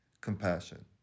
compassion